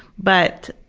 but.